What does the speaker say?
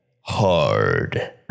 Hard